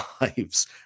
lives